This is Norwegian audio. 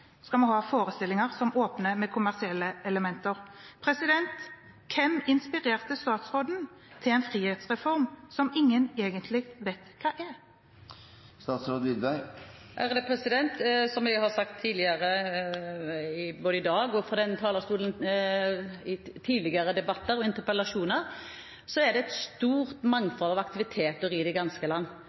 Skal vi ha forestillinger som åpner med kommersielle elementer?» Hvem inspirerte statsråden til en frihetsreform som ingen egentlig vet hva er? Som jeg har sagt tidligere, både i dag fra denne talerstolen og i tidligere debatter og interpellasjoner, er det et stort mangfold av aktiviteter i det ganske land,